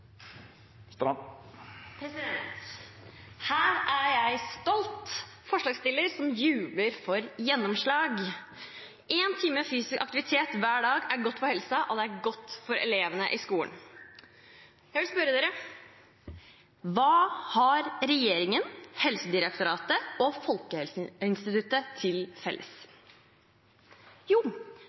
prinsippene. Her er jeg stolt forslagsstiller som jubler for gjennomslag. Én time fysisk aktivitet hver dag er godt for helsen, og det er godt for elevene i skolen. Jeg vil spørre dere: Hva har regjeringen, Helsedirektoratet og Folkehelseinstituttet felles? Jo,